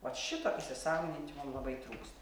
ot šito įsisąmoninti labai trūksta